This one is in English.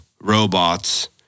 robots